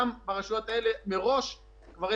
אלה